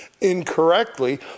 incorrectly